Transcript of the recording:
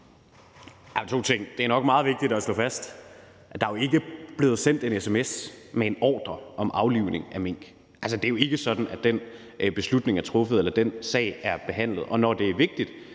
Det er nok meget vigtigt at slå fast, at der jo ikke er blevet sendt en sms med en ordre om aflivning af mink. Altså, det er jo ikke sådan, den beslutning er truffet eller den sag er behandlet.